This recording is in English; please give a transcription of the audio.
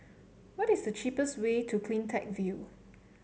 what is the cheapest way to CleanTech View